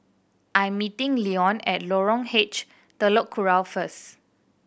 I am meeting Leone at Lorong H Telok Kurau first